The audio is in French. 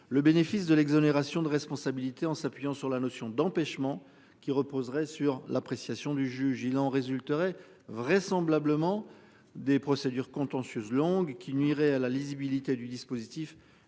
Le bénéfice de l'exonération de responsabilité en s'appuyant sur la notion d'empêchement qui reposerait sur l'appréciation du juge. Il en résulterait vraisemblablement des procédures contentieuses longue qui nuirait à la lisibilité du dispositif